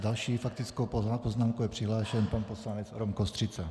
S další faktickou poznámkou je přihlášen pan poslanec Rom Kostřica.